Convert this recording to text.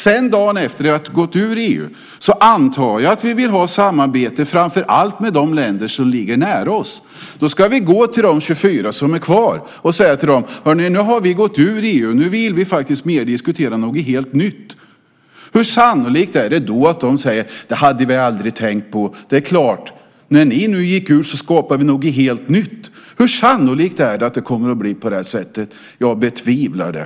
Men dagen efter att vi har gått ur EU antar jag att vi vill ha samarbete framför allt med de länder som ligger nära oss. Då ska vi gå till de 24 länder som är kvar och säga att vi har gått ur EU och nu vill diskutera något helt nytt. Hur sannolikt är det då att de säger att de inte hade tänkt på det och att de då skapar något helt nytt nu när vi har gått ur? Hur sannolikt är det att det kommer att bli på det sättet? Jag betvivlar det.